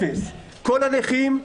כל הנכים.